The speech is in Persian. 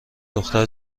دختر